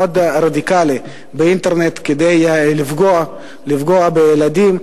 רדיקלי באינטרנט כדי לפגוע בילדים,